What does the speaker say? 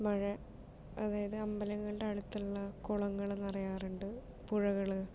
മഴ അതായത് അമ്പലങ്ങളുടെ അടുത്തുള്ള കുളങ്ങള് നിറയാറുണ്ട് പുഴകള്